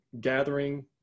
gathering